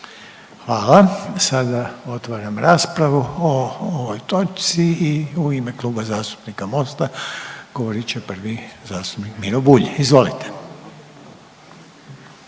Hvala. Sada otvaram raspravu o ovoj točci i u ime Kluba zastupnika Mosta govorit će prvi zastupnik Miro Bulj, izvolite.